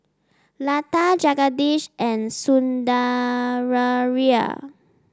Lata Jagadish and Sundaraiah